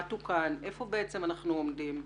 מה תוקן והיכן אנחנו עומדים.